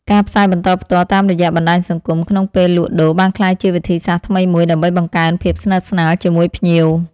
ការផ្សាយបន្តផ្ទាល់តាមរយៈបណ្ដាញសង្គមក្នុងពេលលក់ដូរបានក្លាយជាវិធីសាស្ត្រថ្មីមួយដើម្បីបង្កើនភាពស្និទ្ធស្នាលជាមួយភ្ញៀវ។